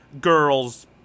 girl's